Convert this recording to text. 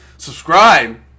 Subscribe